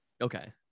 okay